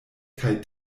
kaj